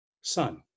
Son